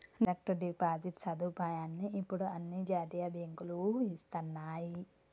direct deposit సదుపాయాన్ని ఇప్పుడు అన్ని జాతీయ బ్యేంకులూ ఇస్తన్నయ్యి